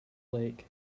lake